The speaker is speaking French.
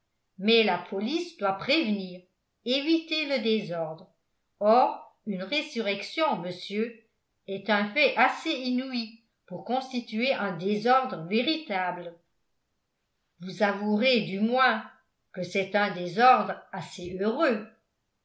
mais la police doit prévenir éviter le désordre or une résurrection monsieur est un fait assez inouï pour constituer un désordre véritable vous avouerez du moins que c'est un désordre assez heureux